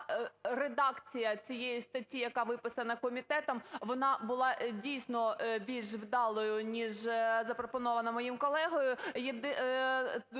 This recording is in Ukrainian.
редакція цієї статті, яка виписана комітетом, вона була дійсно більш вдалою, ніж запропонована моїм колегою,